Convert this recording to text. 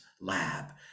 Lab